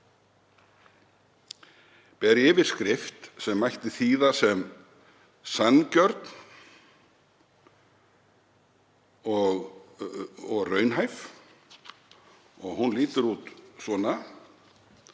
ber yfirskrift sem mætti þýða sem Sanngjörn og raunhæf. Hún lítur svona